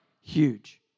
huge